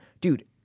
dude